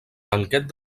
banquet